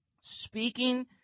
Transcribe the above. Speaking